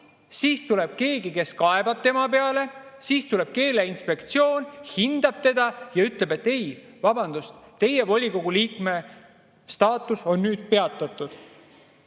siis tuleb keegi, kes kaebab tema peale, ja siis tuleb Keeleinspektsioon ja hindab teda ja ütleb, et vabandust, teie volikogu liikme staatus on nüüd peatatud?